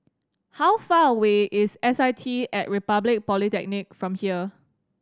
how far away is S I T At Republic Polytechnic from here